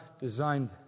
designed